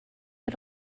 but